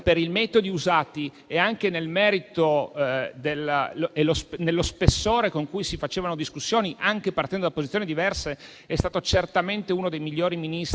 per i metodi usati e anche nello spessore con cui si facevano discussioni, anche partendo da posizioni diverse, è stato certamente uno dei migliori Ministri